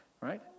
right